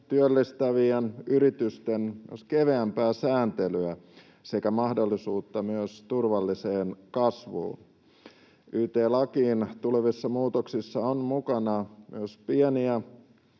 työllistävien yritysten keveämpää sääntelyä sekä mahdollisuutta myös turvalliseen kasvuun. Yt-lakiin tulevissa muutoksissa on mukana myös pieniä